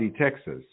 Texas